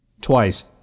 twice